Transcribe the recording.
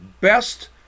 best